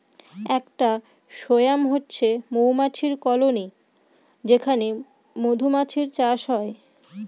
একটা সোয়ার্ম হচ্ছে মৌমাছির কলোনি যেখানে মধুমাছির চাষ হয়